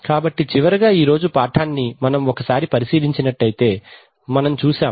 కాబట్టి చివరగా ఈరోజు పాఠాన్ని మనం పరిశీలించినట్లయితే మనం చూశాం